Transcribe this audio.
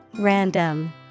Random